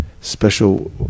special